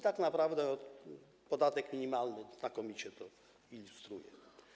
Tak naprawdę podatek minimalny znakomicie to ilustruje.